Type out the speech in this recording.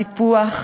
טיפוח,